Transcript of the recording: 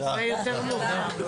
נתראה יותר מאוחר.